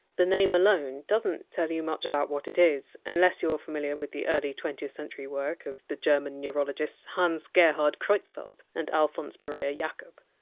the name alone doesn't tell you much about what it is, unless you are familiar with the early twentieth century work of the german neurologists hans gerhard creutzfeldt and alfons maria jakob.